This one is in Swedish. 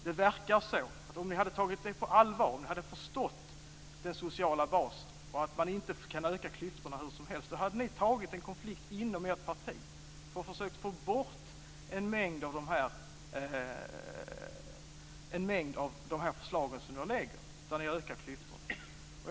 Det verkar som att om ni hade tagit detta på allvar och förstått den sociala basen och att man inte kan öka klyftorna hur som helst, då hade ni tagit en konflikt inom ert parti för att försöka få bort en mängd av de förslag som ni nu lägger fram, och som innebär att ni ökar klyftorna.